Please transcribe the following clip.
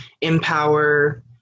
empower